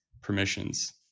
permissions